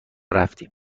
رفتیم